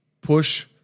push